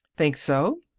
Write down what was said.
think so?